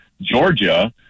Georgia